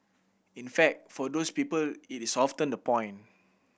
in fact for those people it is often the point